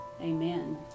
Amen